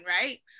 right